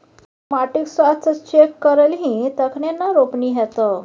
माटिक स्वास्थ्य चेक करेलही तखने न रोपनी हेतौ